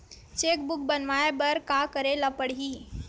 Cheque book बनवाय बर का करे ल पड़हि?